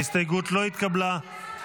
ההסתייגות לא התקבלה.